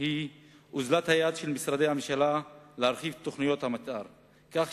היא אוזלת-היד של משרדי הממשלה בהרחבה של תוכניות המיתאר כך